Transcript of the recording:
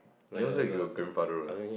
you never heard your grandfather road ah